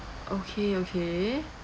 okay okay